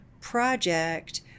project